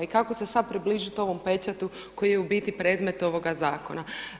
I kada se sada približiti ovom pečatu koji je u biti predmet ovoga zakona?